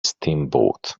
steamboat